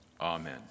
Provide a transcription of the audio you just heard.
Amen